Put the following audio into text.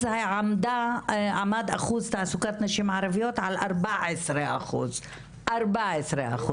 אז עמד אחוז תעסוקת נשים ערביות על 14%. 14%,